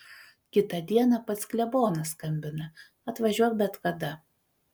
kitą dieną pats klebonas skambina atvažiuok bet kada